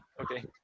okay